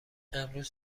امروز